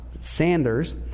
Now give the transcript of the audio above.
Sanders